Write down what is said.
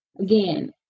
Again